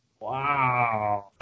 Wow